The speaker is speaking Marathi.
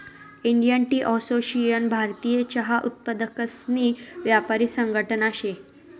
इंडियन टी असोसिएशन भारतीय चहा उत्पादकसनी यापारी संघटना शे